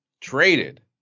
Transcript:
traded